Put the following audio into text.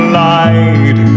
light